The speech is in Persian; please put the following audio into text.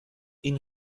این